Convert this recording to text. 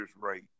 rate